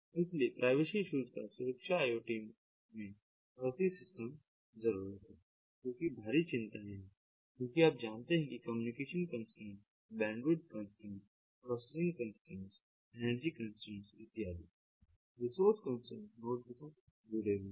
इसलिए privacy issues पर सुरक्षा IoT में प्रति सिस्टम जरूरत है क्योंकि भारी चिंताएं हैं क्योंकि आप जानते हैं कि communication constraints bandwidth constraints processing constraints energy constraints इत्यादि रिसोर्स कंस्ट्रेंट नोड्स के साथ जुड़े हुए हैं